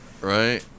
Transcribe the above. Right